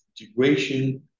integration